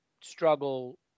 struggle